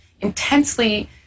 intensely